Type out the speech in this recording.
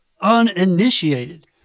uninitiated